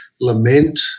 lament